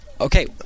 okay